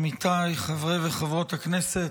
עמיתיי חברי וחברות הכנסת,